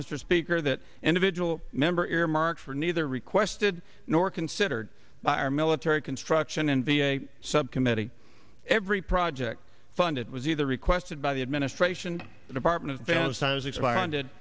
mr speaker that individual member earmarked for neither requested nor considered by our military construction and be a subcommittee every project funded was either requested by the administration the department